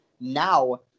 Now